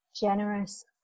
generous